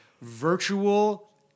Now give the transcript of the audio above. virtual